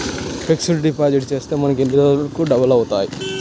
Fixed deposit చేస్తే మనకు ఎన్ని రోజులకు డబల్ అవుతాయి?